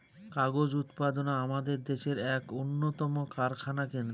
কাগজ উৎপাদনা আমাদের দেশের এক উন্নতম কারখানা কেন্দ্র